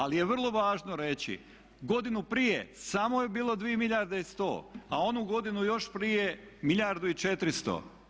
Ali je vrlo važno reći godinu prije samo je bilo 2 milijarde i 100, a onu godinu još prije milijardu i 400.